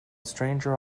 stranger